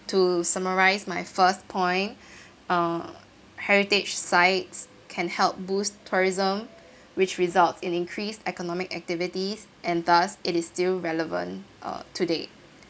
to summarise my first point uh heritage sites can help boost tourism which results in increase economic activities and thus it is still relevant uh today